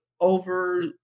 over